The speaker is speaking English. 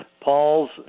Paul's